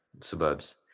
suburbs